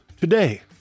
today